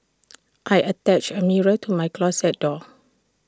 I attached A mirror to my closet door